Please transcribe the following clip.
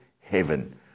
heaven